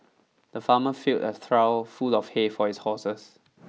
the farmer filled a trough full of hay for his horses